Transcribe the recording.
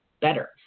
better